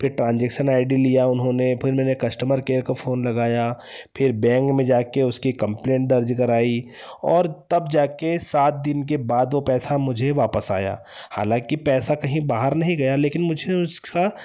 फिर transaction ID लिया फिर मैंने उन्होंने कस्टमर केयर को फोन लगाया फिर बैंक में जा कर उसकी कम्प्लेन दर्ज कराई और तब जा कर सात दिन के बाद वह पैसा मुझे वापस आया हालाँकि पैसा कहीं बाहर नहीं गया लेकिन मुझे उसका